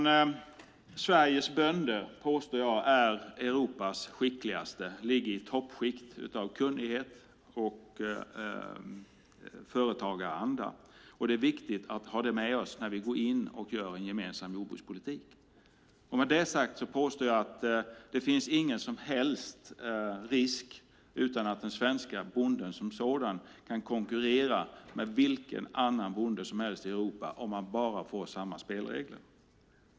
Jag påstår att Sveriges bönder är Europas skickligaste. De ligger i toppskiktet när det gäller kunnighet och företagaranda, och det är viktigt att vi har det med oss när vi går in och gör en gemensam jordbrukspolitik. Med det sagt påstår jag att det inte finns någon som helst risk, utan den svenska bonden som sådan kan konkurrera med vilken annan bonde som helst i Europa om han bara får samma spelregler.